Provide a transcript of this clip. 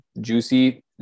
Juicy